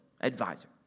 advisor